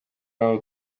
aho